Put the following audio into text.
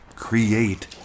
create